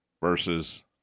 versus